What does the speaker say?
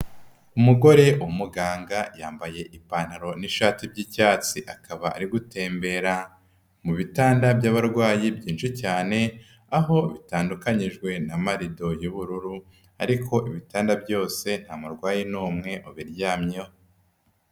Umugore w'umuganga yambaye ipantaro nishati byi'cyatsi akaba ari gutembera, mu bitanda byabarwayi byinshi cyane, aho bitandukanijwe na marido y'ubururu ariko ibitanda byose amarwayi n'umwe ubiryamyeho.